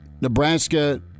Nebraska